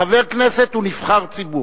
חבר כנסת הוא נבחר ציבור,